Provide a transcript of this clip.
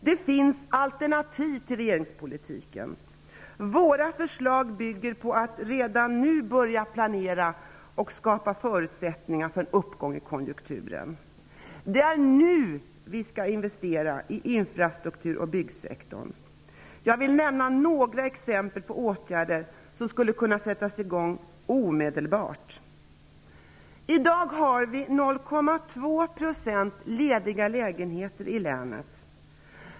Det finns alternativ till regeringspolitiken. Våra förslag bygger på att man redan nu börjar planera och skapa förutsättningar för en uppgång i konjunkturen. Det är nu vi skall investera i infrastruktur och byggsektor. Jag vill nämna några exempel på åtgärder som skulle kunna sättas i gång omedelbart. I dag har vi 0,2 % lediga lägenheter i länet.